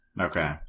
okay